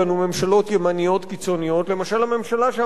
למשל הממשלה שעמד בראשה שמיר בזמנו,